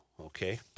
okay